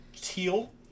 teal